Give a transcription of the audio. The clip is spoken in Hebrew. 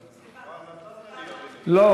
כבר נתת שאלה --- סליחה, אדוני, ביקשתי גם.